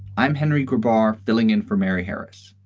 i'm henry goodbar, filling in for mary harris.